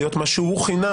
להיות מה שהוא כינה